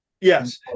Yes